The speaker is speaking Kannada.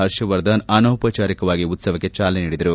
ಹರ್ಷವರ್ಧನ್ ಅನೌಪಚಾರಿಕವಾಗಿ ಉತ್ಸವಕ್ಕೆ ಚಾಲನೆ ನೀಡಿದರು